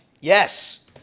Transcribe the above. Yes